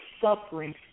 suffering